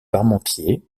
parmentier